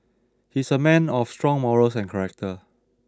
he's a man of strong morals and character